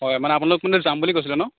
হয় মানে আপোনালোক মানে যাম বুলি কৈছিলে ন'